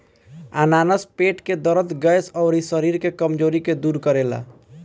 अनानास पेट के दरद, गैस, अउरी शरीर के कमज़ोरी के दूर करेला